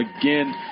again